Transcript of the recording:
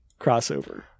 crossover